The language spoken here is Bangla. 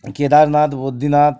কেদারনাথ বদ্রিনাথ